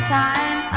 time